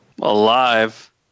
Alive